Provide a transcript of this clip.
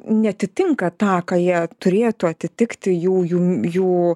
neatitinka tą ką jie turėtų atitikti jų jų jų